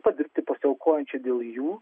padirbti pasiaukojančiai dėl jų